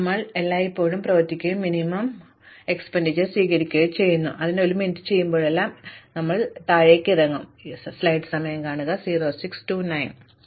കാരണം ഞങ്ങൾ എല്ലായ്പ്പോഴും പ്രവർത്തിക്കുകയോ മിനിമം ചിലവ് സ്വീകരിക്കുകയോ ചെയ്യുന്നു അതിനാൽ ഞങ്ങൾ ഒരു മിനിറ്റ് ചെയ്യുമ്പോഴെല്ലാം ഞങ്ങൾ എല്ലായ്പ്പോഴും താഴേക്കിറങ്ങും പക്ഷേ ഞങ്ങൾ കണ്ടെത്താൻ ആഗ്രഹിക്കുന്ന യഥാർത്ഥ മൂല്യത്തിന് താഴെയായി പ്രോസസ്സ് ചെയ്യുന്നില്ല